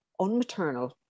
unmaternal